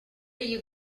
you